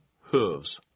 hooves